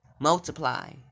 multiply